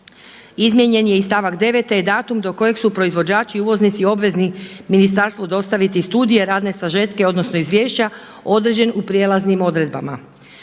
izmijenjen je i stavak 9. te datum do kojeg su proizvođači, uvoznici obveznici ministarstvu dostaviti i studije, razne sažetke, odnosno izvješće određen u prijelaznim odredbama.